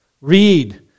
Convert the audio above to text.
read